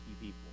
people